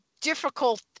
difficult